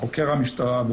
חוקר המשטרה,